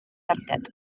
darged